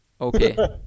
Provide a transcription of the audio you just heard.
Okay